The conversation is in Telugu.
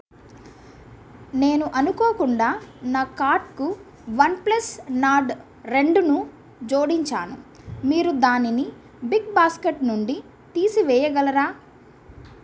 నేను అనుకోకుండా నా కార్ట్కు వన్ ప్లస్ నార్డ్ రెండును జోడించాను మీరు దానిని బిగ్ బాస్కెట్ నుండి తీసివేయగలరా